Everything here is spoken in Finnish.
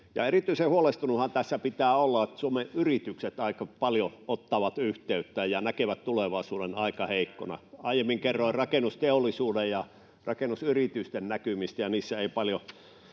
erityisen huolestunuthan tässä pitää olla siitä, että Suomen yritykset aika paljon ottavat yhteyttä ja näkevät tulevaisuuden aika heikkona. [Keskustasta: Näin on!] Aiemmin kerroin rakennusteollisuuden ja rakennusyritysten näkymistä,